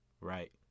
right